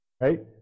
Right